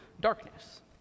darkness